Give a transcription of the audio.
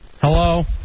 hello